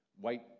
white